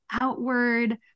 outward